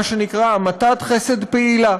מה שנקרא המתת חסד פעילה,